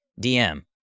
DM